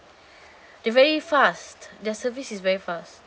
they're very fast their service is very fast